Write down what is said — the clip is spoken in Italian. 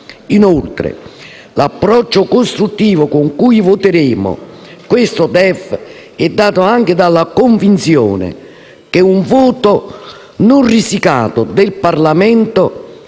Inoltre, l'approccio costruttivo con cui voteremo questo DEF è dato anche dalla convinzione che un voto non risicato del Parlamento